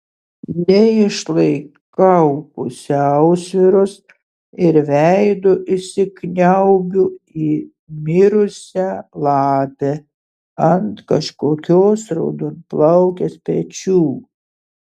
neišlaikau pusiausvyros ir veidu įsikniaubiu į mirusią lapę ant kažkokios raudonplaukės pečių